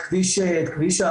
את כביש הערבה,